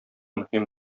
мөһим